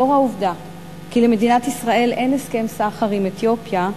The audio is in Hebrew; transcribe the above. לאור העובדה כי למדינת ישראל אין הסכם סחר עם אתיופיה,